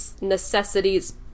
necessities